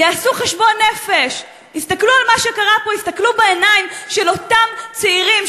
זו הפרדה של אותה קהילה, של אותו ציבור,